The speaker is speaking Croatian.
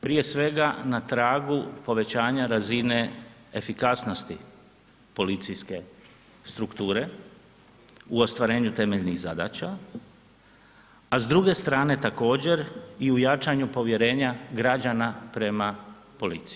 Prije svega, na tragu povećanja razine efikasnosti policijske strukture, u ostvarenju temeljnih zadaća, a s druge strane, također i u jačanju povjerenja građana prema policiji.